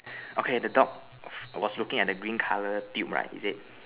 okay the dog was looking at the green colour tube right is it